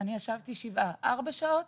אני ישבתי שבעה ארבע שעות